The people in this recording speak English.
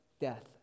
death